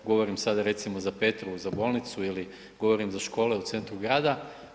Govorim sad recimo, za Petrovu, za bolnicu ili govorim za škole u centru grada.